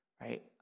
right